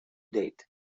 date